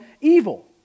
evil